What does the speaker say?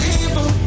evil